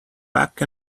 back